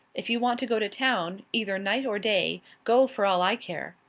if you want to go to town, either night or day, go for all i care.